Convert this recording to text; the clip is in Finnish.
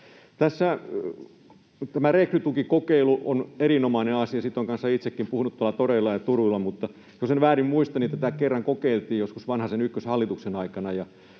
Tämä rekrytukikokeilu on erinomainen asia. Siitä olen kanssa itsekin puhunut tuolla toreilla ja turuilla. Mutta jos en väärin muista, niin tätä kerran kokeiltiin, joskus Vanhasen ykköshallituksen aikana,